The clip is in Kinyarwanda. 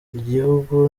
igihugu